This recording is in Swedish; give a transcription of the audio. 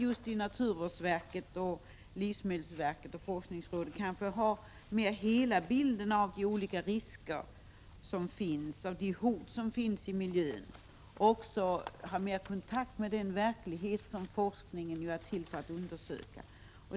I naturvårdsverket, livsmedelsverket och forskningsråd har man kanske i större utsträckning med hela bilden av olika risker och hot i miljön och en bättre kontakt med den verklighet som forskningen är till för att undersöka.